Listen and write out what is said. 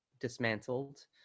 dismantled